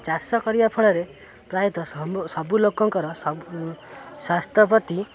ଚାଷ କରିବା ଫଳରେ ପ୍ରାୟତଃ ସବୁ ଲୋକଙ୍କର ସ୍ୱାସ୍ଥ୍ୟ ପ୍ରତି